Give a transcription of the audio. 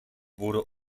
wurde